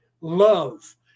love